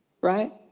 right